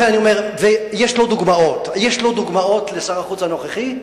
יש לו דוגמאות, לשר החוץ הנוכחי,